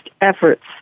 efforts